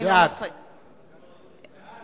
בעד